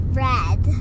red